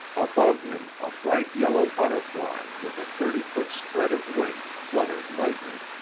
above him, a bright yellow butterfly with a thirty-foot spread of wing, fluttered lightly.